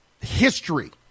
history